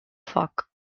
foc